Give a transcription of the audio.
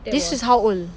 this was how old